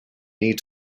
need